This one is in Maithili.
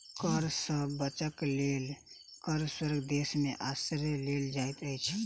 कर सॅ बचअ के लेल कर स्वर्ग देश में आश्रय लेल जाइत अछि